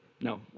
No